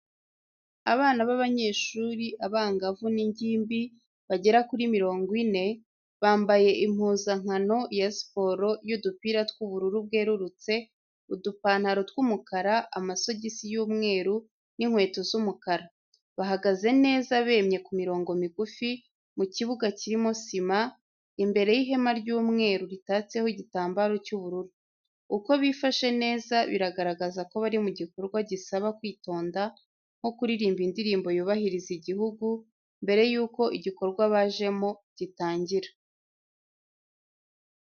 Abana b'abanyeshuri, abangavu n'ingimbi, bagera kuri mirongo ine, bambaye impuzankano ya siporo y'udupira tw'ubururu bwerurutse, udupantaro tw'umukara, amasogisi y'umweru n'inkweto z'umukara. Bahagaze neza bemye ku mirongo migufi, mu kibuga kirimo sima, imbere y'ihema ry'umweru ritatseho igitambaro cy'ubururu. Uko bifashe neza biragaragaza ko bari mu gikorwa gisaba kwitonda nko kuririmba indirimbo yubahiriza igihugu mbere y'uko igikorwa bajemo gitangira.